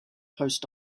post